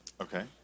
Okay